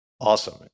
awesome